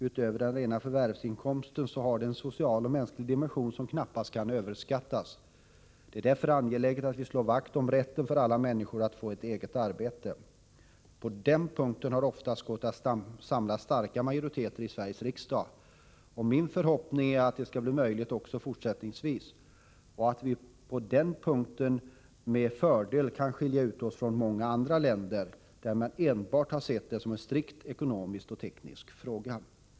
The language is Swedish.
Utöver den rena förvärvsinkomsten har arbetet en social och mänsklig dimension som knappast kan överskattas. Därför är det så angeläget att slå vakt om rätten för alla människor att få ett eget arbete. På den punkten har det oftast gått att samla starka majoriteter i Sveriges riksdag. Min förhoppning är att det skall bli möjligt också fortsättningsvis och att vi på den punkten med fördel kan skilja ut oss från många andra länder, där man enbart har sett det såsom en strikt ekonomisk och teknisk fråga.